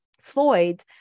Floyd